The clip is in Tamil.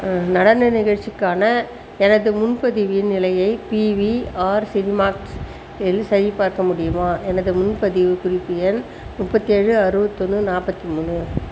நடன நிகழ்ச்சிக்கான எனது முன்பதிவின் நிலையை பிவிஆர் சினிமாக்ஸ் இல் சரிபார்க்க முடியுமா எனது முன்பதிவு குறிப்பு எண் முப்பத்தேழு அறுபத்தொன்னு நாற்பத்தி மூணு